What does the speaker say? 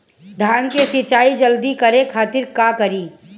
धान के सिंचाई जल्दी करे खातिर का करी?